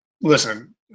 listen